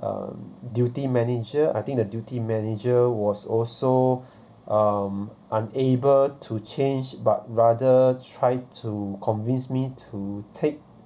um duty manager I think the duty manager was also um unable to change but rather try to convince me to take